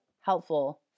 helpful